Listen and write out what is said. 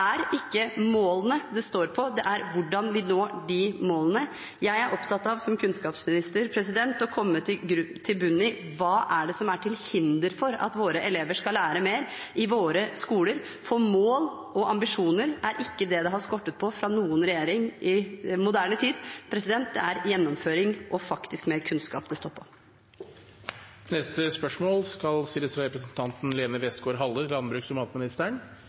hvordan vi når de målene. Jeg er som kunnskapsminister opptatt av å komme til bunns i hva det er som er til hinder for at våre elever skal lære mer i våre skoler. For mål og ambisjoner er ikke det det har skortet på fra noen regjering i moderne tid – det er gjennomføring og mer faktisk kunnskap det står på. Dette spørsmålet bortfaller, da spørreren ikke er til stede. Her går det radig! Mitt spørsmål er: «Hva er statsrådens holdning til å hente IS-kvinner til Norge, og